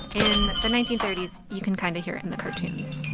in the nineteen thirty s, you can kind of hear in the cartoons